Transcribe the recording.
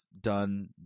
done